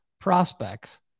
prospects